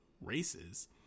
races